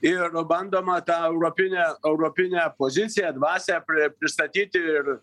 ir bandoma tą europinę europinę poziciją dvasią pri pristatyti ir